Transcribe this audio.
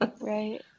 Right